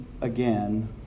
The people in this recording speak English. again